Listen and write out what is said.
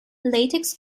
latex